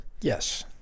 Yes